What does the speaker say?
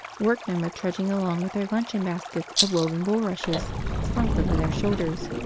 workmen were trudging along with their luncheon-baskets of woven bulrushes slung over their shoulders.